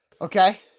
Okay